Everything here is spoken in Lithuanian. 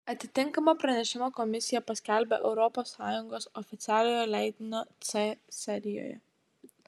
atitinkamą pranešimą komisija paskelbia europos sąjungos oficialiojo leidinio c serijoje